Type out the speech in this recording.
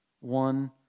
One